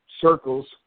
circles